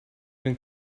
can